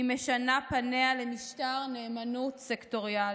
היא משנה פניה למשטר נאמנות סקטוריאלי.